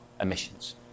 emissions